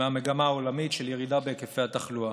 מהמגמה העולמית של ירידה בהיקפי התחלואה.